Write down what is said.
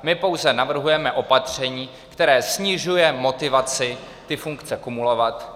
My pouze navrhujeme opatření, které snižuje motivaci funkce kumulovat.